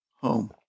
home